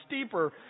steeper